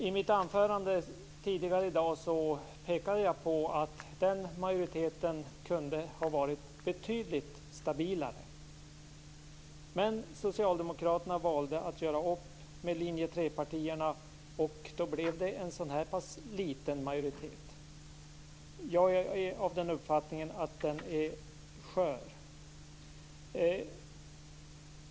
I mitt anförande tidigare i dag pekade jag på att den majoriteten kunde ha varit betydligt stabilare. Socialdemokraterna valde att göra upp med linje 3-partierna. Då blev det en sådan här liten majoritet. Jag är av den uppfattningen att den är skör.